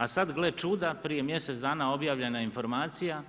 A sada gle čuda, prije mjesec dana objavljena je informacija